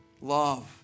love